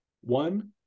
one